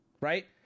right